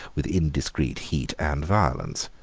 with indiscreet heat and violence.